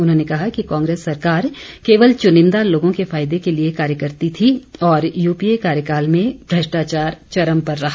उन्होंने कहा कि कांग्रेस सरकार केवल चुनिंदा लोगों के फायदे के लिए कार्य करती थी और यूपीए कार्यकाल में भ्रष्टाचार चरम पर रहा